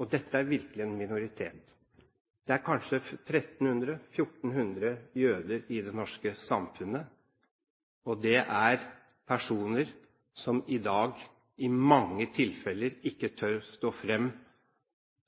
om. Dette er virkelig en minoritet. Det er kanskje 1 300–1 400 jøder i det norske samfunnet, og det er personer som i dag i mange tilfeller ikke tør stå fram